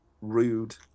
Rude